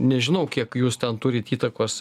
nežinau kiek jūs ten turit įtakos